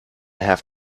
have